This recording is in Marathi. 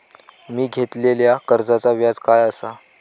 मी घेतलाल्या कर्जाचा व्याज काय आसा?